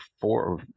four